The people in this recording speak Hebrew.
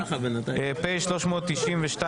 התשפ"ג 2022 (פ/392/25),